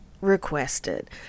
requested